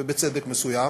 ובצדק מסוים,